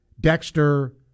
Dexter